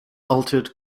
altered